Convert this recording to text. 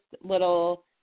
little